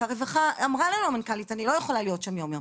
כי אמרה מנכ"לית משרד הרווחה שהיא לא יכולה להיות שם יום יום,